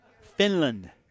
Finland